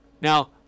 Now